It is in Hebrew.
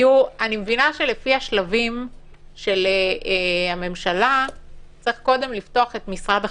אני מבינה שלפי השלבים של הממשלה צריך קודם לפתוח את משרד החינוך,